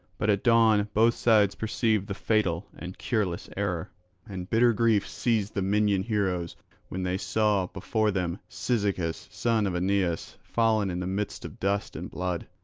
but at dawn both sides perceived the fatal and cureless error and bitter grief seized the minyan heroes when they saw before them cyzicus son of aeneus fallen in the midst of dust and blood.